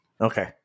Okay